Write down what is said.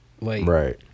Right